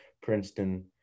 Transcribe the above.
Princeton